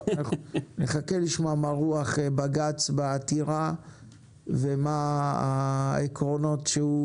נחכה לשמוע מה רוח בג"ץ בעתירה ומה העקרונות שהוא